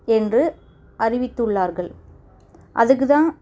என்று அறிவித்துள்ளார்கள் அதுக்கு தான்